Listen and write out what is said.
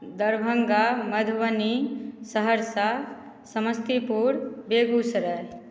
Darbhanga Madhubani Saharsa Samastipur Begusarai